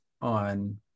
on